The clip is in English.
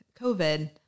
COVID